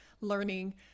learning